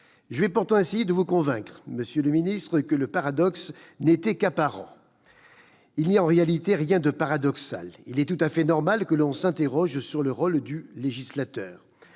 Je vais pourtant essayer de vous convaincre que le paradoxe n'était qu'apparent. Il n'y a en réalité rien de paradoxal. Il est tout à fait normal que l'on s'interroge sur le rôle du législateur.